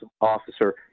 officer